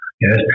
Yes